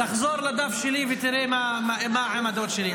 תחזור לדף שלי, ותראה מה העמדות שלי.